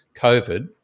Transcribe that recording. COVID